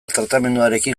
tratamenduarekin